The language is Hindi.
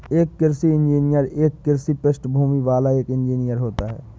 एक कृषि इंजीनियर एक कृषि पृष्ठभूमि वाला एक इंजीनियर होता है